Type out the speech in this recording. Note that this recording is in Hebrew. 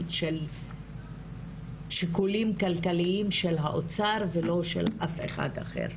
של שיקולים כלכליים של האוצר ולא של אף אחד אחר,